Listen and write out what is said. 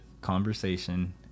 conversation